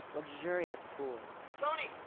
luxurious pools tony!